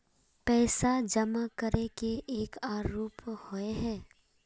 पैसा जमा करे के एक आर रूप होय है?